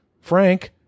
Frank